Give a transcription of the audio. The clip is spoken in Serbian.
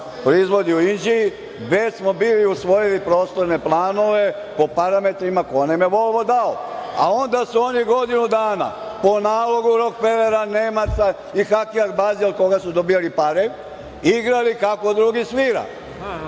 proizvodi u Inđiji, gde smo bili usvojili prostorne planove po parametrima koje nam je Volvo dao, a onda su oni godinu dana po nalogu Rokfelera, Nemaca i Haki Abazija, od koga su dobijali pare, igrali kako drugi svira